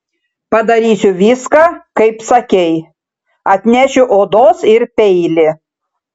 padarysiu viską kaip sakei atnešiu odos ir peilį